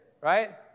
right